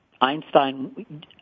Einstein